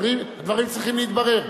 הדברים צריכים להתברר.